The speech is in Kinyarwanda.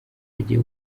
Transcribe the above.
bagiye